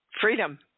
freedom